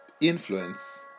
influence